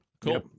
Cool